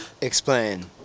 explain